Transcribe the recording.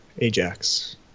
Ajax